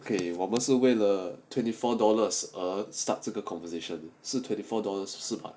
okay 我们是为了 twenty four dollars 而 start 这个 conversation 是 twenty four dollars 是吗